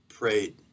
Prayed